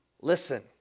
listen